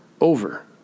over